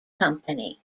company